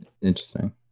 Interesting